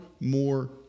more